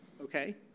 Okay